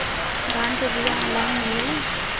धान के बिया ऑनलाइन मिलेला?